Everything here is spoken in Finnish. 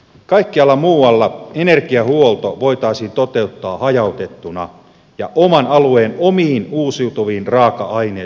kaikkialla muualla energiahuolto voitaisiin toteuttaa hajautettuna ja oman alueen omiin uusiutuviin raaka aineisiin tukeutuen